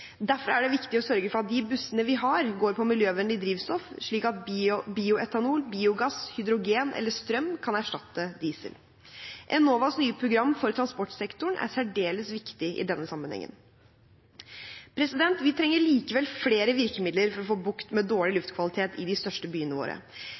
Derfor er det viktig å sørge for at de bussene vi har, går på miljøvennlig drivstoff, slik at bioetanol, biogass, hydrogen eller strøm kan erstatte diesel. Enovas nye program for transportsektoren er særdeles viktig i denne sammenhengen. Vi trenger likevel flere virkemidler for å få bukt med dårlig